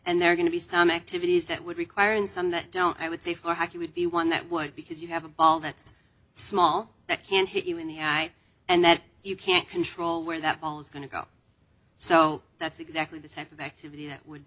and they're going to be some activities that would require and some that don't i would say for he would be one that would because you have a ball that's small that can hit you in the eye and that you can't control where that ball is going to go so that's exactly the type of activity that would